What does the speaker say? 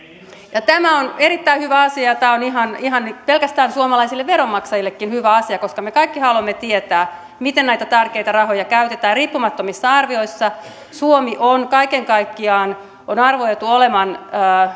tämä on erittäin hyvä asia tämä on ihan ihan pelkästään suomalaisille veronmaksajillekin hyvä asia koska me kaikki haluamme tietää miten näitä tärkeitä rahoja käytetään riippumattomissa arvioissa suomen on kaiken kaikkiaan arvioitu olevan